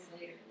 Later